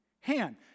hand